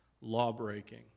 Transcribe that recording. law-breaking